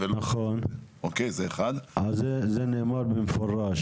האחד זה שאם עירייה החליטה לגבות במסלול אזרחי